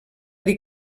dir